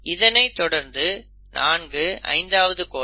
இதனைத் தொடர்ந்து 4 5ஆவது கோடன்